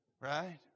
Right